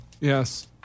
Yes